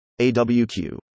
AWQ